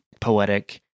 poetic